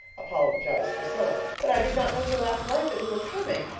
apologized priscilla, but i did not know till last night that we were coming.